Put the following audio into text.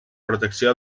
protecció